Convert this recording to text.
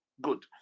good